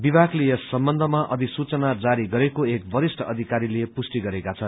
विभागले यस सम्बन्धमा अधिसूचना जारी गरेको एक वरिष्ठ अधिकारीले पुष्टि गरेका छन्